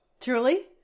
Truly